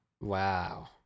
Wow